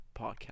podcast